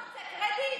מה אתה רוצה, קרדיט?